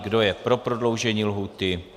Kdo je pro prodloužení lhůty?